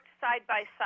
side-by-side